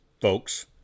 folks